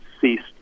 ceased